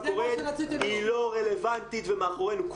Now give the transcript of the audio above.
היא לא רלבנטית ומאחורינו.